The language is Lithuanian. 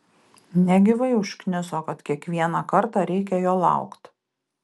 negyvai užkniso kad kiekvieną kartą reikia jo laukt